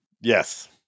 Yes